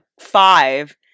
five